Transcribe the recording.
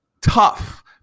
tough